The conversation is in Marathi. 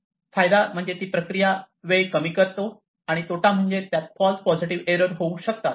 फायदा म्हणजे तो प्रक्रिया वेळ कमी करतो आणि तोटा म्हणजे त्यात फाल्स पॉसिटीव्ह एरर होऊ शकतात